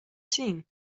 seen